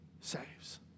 saves